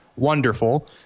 wonderful